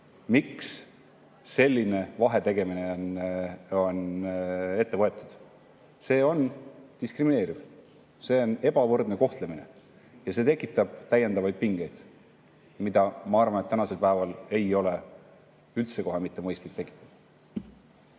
miks selline vahetegemine on ette võetud. See on diskrimineeriv, see on ebavõrdne kohtlemine ja see tekitab täiendavaid pingeid, mida, ma arvan, tänasel päeval ei ole üldse kohe mitte mõistlik tekitada.